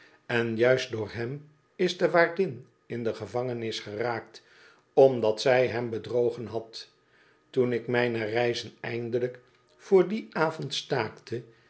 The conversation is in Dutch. en juist door hem is de waardin in de gevangenis geraakt omdat zij hem bedrogen had toen ik mijne reizen eindelijk voor dien avond staakte